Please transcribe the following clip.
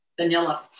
vanilla